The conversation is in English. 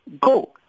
go